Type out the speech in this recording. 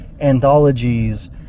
anthologies